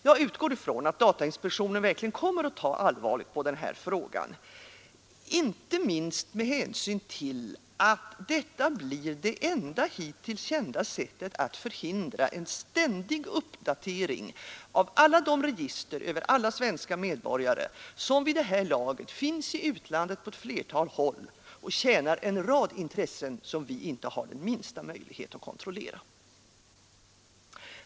Jag utgår från att datainspektionen verkligen kommer att ta allvarligt på denna fråga, inte minst med hänsyn till att detta blir det enda sättet att förhindra en ständig uppdatering av alla de register över alla svenska medborgare som vid det här laget finns i utlandet på ett flertal håll och tjänar en rad intressen som vi inte har den minsta möjlighet att kontrollera.